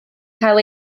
cael